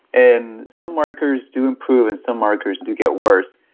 and some markers do improve and some markers do get worse.